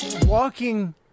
walking